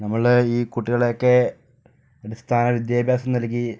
നമ്മളുടെ ഈ കുട്ടികളെയൊക്കെ അടിസ്ഥാന വിദ്യാഭ്യാസം നൽകി